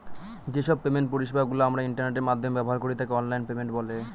যে সব পেমেন্ট পরিষেবা গুলো আমরা ইন্টারনেটের মাধ্যমে ব্যবহার করি তাকে অনলাইন পেমেন্ট বলে